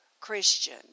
Christian